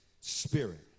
spirit